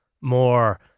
more